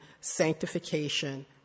sanctification